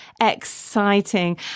exciting